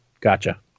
gotcha